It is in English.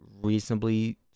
reasonably